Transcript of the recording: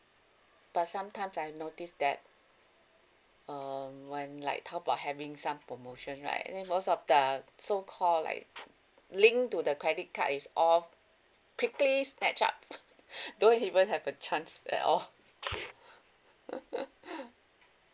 but sometimes I notice that um when like taobao having some promotion right then most of the so call like linked to the credit card is all quickly snatched up don't even have a chance at all